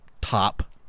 top